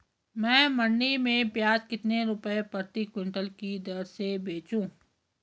मैं मंडी में प्याज कितने रुपये प्रति क्विंटल की दर से बेचूं?